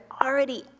already